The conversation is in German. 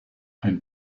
ein